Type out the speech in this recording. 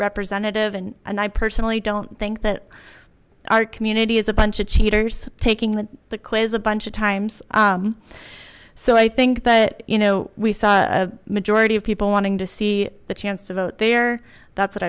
representative and and i personally don't think that our community is a bunch of cheaters taking the the quiz a bunch of times so i think that you know we saw a majority of people wanting to see the chance to vote there that's what